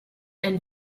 and